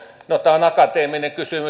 no tämä on akateeminen kysymys